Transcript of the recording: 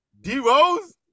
D-Rose